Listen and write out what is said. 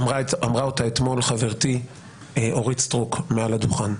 אמרה אותה אתמול חברתי אורית סטרוק מעל הדוכן.